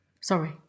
Sorry